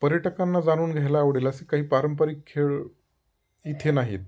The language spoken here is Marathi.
पर्यटकांना जाणून घ्यायला आवडेल असे काही पारंपरिक खेळ इथे नाहीत